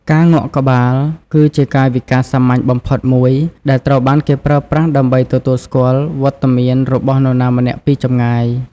ការងក់ក្បាល គឺជាកាយវិការសាមញ្ញបំផុតមួយ ដែលត្រូវបានគេប្រើប្រាស់ដើម្បីទទួលស្គាល់វត្តមានរបស់នរណាម្នាក់ពីចម្ងាយ។